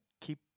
keep